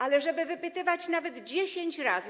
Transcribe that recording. Ale można wypytywać nawet 10 razy.